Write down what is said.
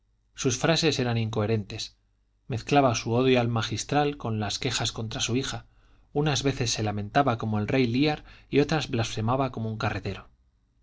sus frases eran incoherentes mezclaba su odio al magistral con las quejas contra su hija unas veces se lamentaba como el rey lear y otras blasfemaba como un carretero y